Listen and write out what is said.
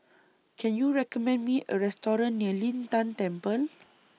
Can YOU recommend Me A Restaurant near Lin Tan Temple